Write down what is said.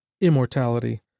immortality